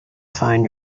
find